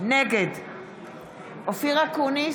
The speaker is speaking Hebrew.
נגד אופיר אקוניס,